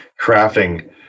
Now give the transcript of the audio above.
crafting